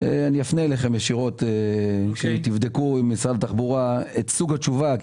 אני אפנה אליכם ישירות שתבדקו עם משרד התחבורה את סוג התשובה.